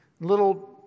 Little